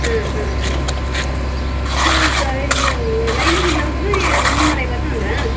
ಹಾಂ ಹಾಂ ಹಾಂ ಇದು ಸ ಇದು ಲೈನಿಂಗ್ ಬ್ಲೌಸು ಯ ಮುನ್ನೂರೈವತ್ತು ಅಂದಿರಾ